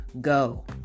go